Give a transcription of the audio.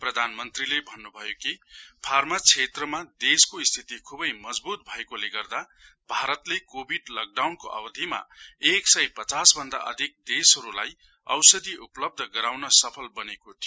प्रधान मन्त्रीले वताउँनु भयो कि फार्मा क्षेत्रमा देशको स्थिति खुवै मजबूत भएकोले गर्दा भारतले कोभिड लकडाउनको अवधिमा एक सय पचास भन्दा अधिक देशहरुलाई औषधि उपलब्ध गराउँन सफल बनेको थियो